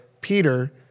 Peter